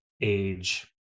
age